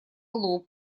лоб